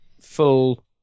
full